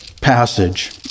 passage